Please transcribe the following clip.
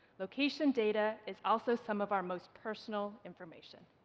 location data is also some of our most personal information.